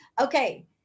Okay